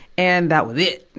and, that was it!